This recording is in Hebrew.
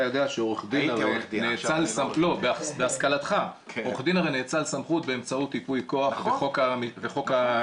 אתה יודע שעורך דין הרי נאצל סמכות באמצעות ייפוי כוח וחוק המשלוחים,